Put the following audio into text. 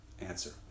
answer